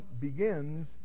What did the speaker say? begins